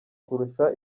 kurusha